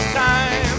time